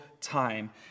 time